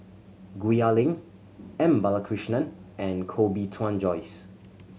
Gwee Ah Leng M Balakrishnan and Koh Bee Tuan Joyce